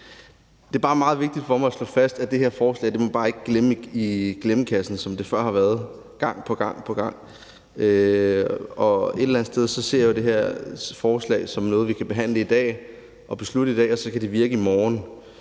Det er bare meget vigtigt for mig at slå fast, at det her forslag ikke må ende i glemmekassen, som det før har været gang på gang, og et eller andet sted ser jeg jo også det her forslag som noget, som vi kan behandle og beslutte i dag, og at det så kan virke i morgen.